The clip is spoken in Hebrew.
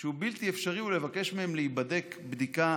שהוא בלתי אפשרי הוא לבקש מהם להיבדק בדיקה